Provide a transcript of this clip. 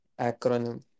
Acronym